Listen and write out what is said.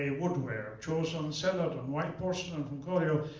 ah woodware, joseon celadon, white porcelain from goryeo,